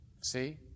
See